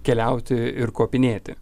keliauti ir kopinėti